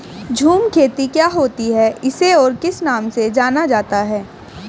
झूम खेती क्या होती है इसे और किस नाम से जाना जाता है?